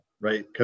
right